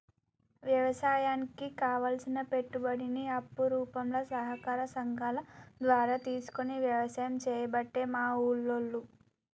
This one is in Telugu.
వ్యవసాయానికి కావలసిన పెట్టుబడిని అప్పు రూపంల సహకార సంగాల ద్వారా తీసుకొని వ్యసాయం చేయబట్టే మా ఉల్లోళ్ళు